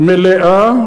מלאה,